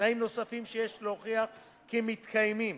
תנאים נוספים שיש להוכיח כי מתקיימים